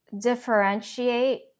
differentiate